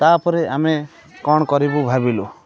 ତାପରେ ଆମେ କ'ଣ କରିବୁ ଭାବିଲୁ